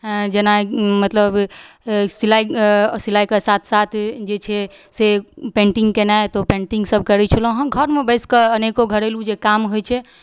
आँय जेना मतलब सिलाइ सिलाइके साथ साथ जे छै से पेंटिंग केनाइ तऽ ओ पेंटिंग सब करै छलहुँ घरमे बैसिके अनेक घरेलू जे काम होइ छै